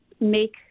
make